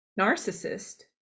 narcissist